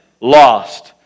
lost